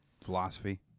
Philosophy